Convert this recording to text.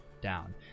down